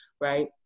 right